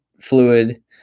fluid